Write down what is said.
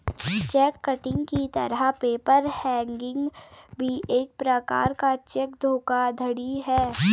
check kiting की तरह paper hanging भी एक प्रकार का चेक धोखाधड़ी है